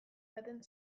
baten